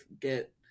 get